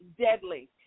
deadly